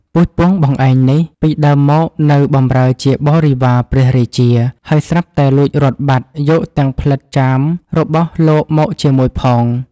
ពូជពង្សបងឯងនេះ ពីដើមមកនៅបម្រើជាបរិពារព្រះរាជា ហើយស្រាប់តែលួចរត់បាត់ យកទាំងផ្ចិតចាមររបស់លោកមកជាមួយផង"។